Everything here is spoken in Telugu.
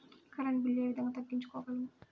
కరెంట్ బిల్లు ఏ విధంగా తగ్గించుకోగలము?